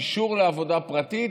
אישור לעבודה פרטית,